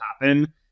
happen